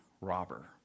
robber